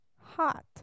hot